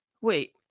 Wait